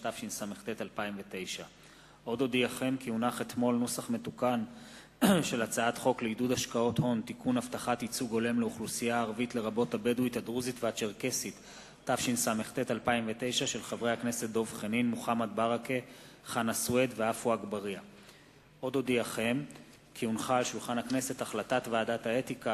התשס"ט 2009. החלטת ועדת האתיקה